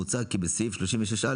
מוצע כי בסעיף 36א,